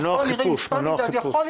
(4) אחרי סעיף 2א